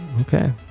Okay